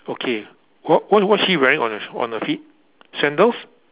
okay what what is she wearing on her on her feet sandals